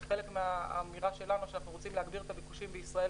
חלק מהאמירה שלנו שאנחנו רוצים להגביר את הביקושים בישראל,